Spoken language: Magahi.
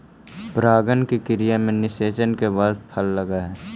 परागण की क्रिया में निषेचन के बाद फल लगअ हई